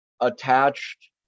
attached